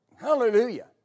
Hallelujah